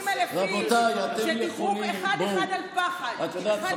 שאם הייתה תקופה שפחדו זה היום.